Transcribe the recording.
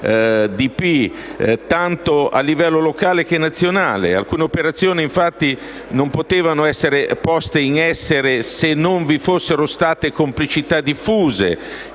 PD tanto a livello locale che nazionale. Alcune operazioni, infatti non potevano essere poste in essere se non vi fossero state complicità diffuse